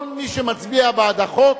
כל מי שמצביע בעד החוק,